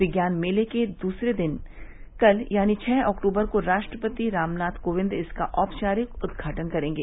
विज्ञान मेले के दूसरे दिन कल यानी छह अक्टूबर को राष्ट्रपति रामनाथ कोविंद इसका औपचारिक उद्घाटन करेंगे